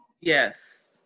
Yes